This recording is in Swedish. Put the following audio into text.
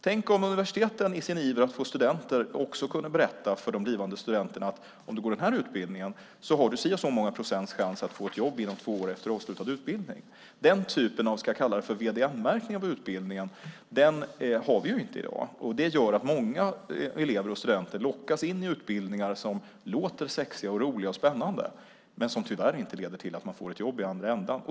Tänk om universiteten i sin iver att få studenter också kunde berätta för de blivande studenterna att om du går den här utbildningen har du si och så många procents chans att få ett jobb inom två år efter avslutad utbildning! Den typen av, ska jag kalla det för VDN-märkning, av utbildningen har vi inte i dag. Det gör att många elever och studenter lockas in i utbildningar som låter sexiga, roliga och spännande men som tyvärr inte leder till att de får ett jobb i andra ändan.